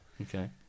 Okay